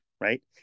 Right